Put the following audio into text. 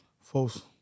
False